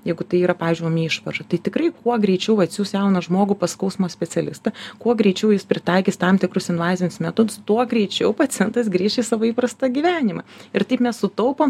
jeigu tai yra pavyzdžiui ūmi išvarža tai tikrai kuo greičiau atsiųs jauną žmogų pas skausmo specialistą kuo greičiau jis pritaikys tam tikrus invazinius metodus tuo greičiau pacientas grįš į savo įprastą gyvenimą ir taip mes sutaupom